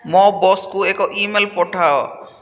ମୋ ବସ୍କୁ ଏକ ଇମେଲ୍ ପଠାଅ